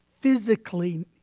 physically